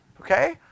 Okay